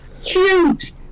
HUGE